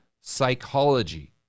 psychology